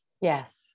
yes